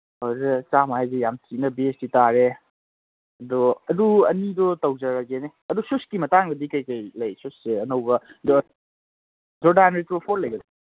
ꯆꯥꯝꯃ ꯍꯥꯏꯁꯤ ꯌꯥꯝ ꯊꯤꯅ ꯕꯦꯁꯇꯤ ꯇꯥꯔꯦ ꯑꯗꯣ ꯑꯗꯨ ꯑꯅꯤꯗꯣ ꯇꯧꯖꯔꯒꯦꯅꯦ ꯑꯗꯨ ꯁꯨꯁꯀꯤ ꯃꯇꯥꯡꯗꯗꯤ ꯀꯔꯤ ꯀꯔꯤ ꯂꯩ ꯁꯨꯁꯁꯦ ꯑꯅꯧꯕ ꯖꯣꯔꯗꯥꯟꯒꯤ ꯂꯩꯒꯗ꯭ꯔꯥ